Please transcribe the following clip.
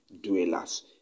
dwellers